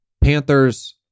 Panthers